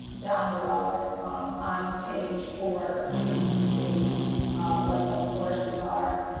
down below it on page four, you can see what those sources are,